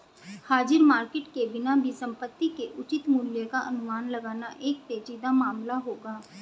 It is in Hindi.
हाजिर मार्केट के बिना भी संपत्ति के उचित मूल्य का अनुमान लगाना एक पेचीदा मामला होगा